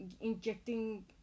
injecting